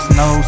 no